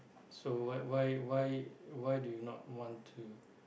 so why why why why do you not want to